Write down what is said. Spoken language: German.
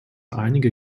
einige